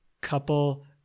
couple